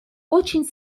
очень